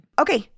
Okay